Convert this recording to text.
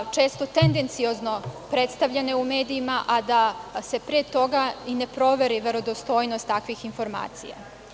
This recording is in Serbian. Često tendenciozno predstavljanje u medijima, a da se pre toga i ne proveri verodostojnost takvih informacija.